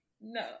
No